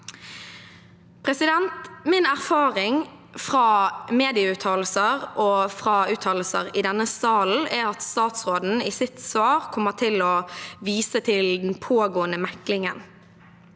rettsstat.» Min erfaring fra medieuttalelser og fra uttalelser i denne salen er at statsråden i sitt svar kommer til å vise til den pågående meklingen.